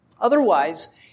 otherwise